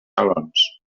salons